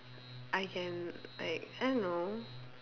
I can like I don't know